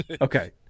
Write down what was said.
Okay